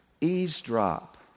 eavesdrop